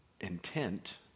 intent